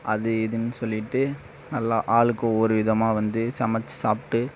அது இதுன்னு சொல்லிகிட்டு நல்லா ஆளுக்கு ஒவ்வொரு விதமாக வந்து சமைச்சி சாப்பிட்டு